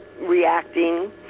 reacting